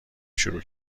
شروع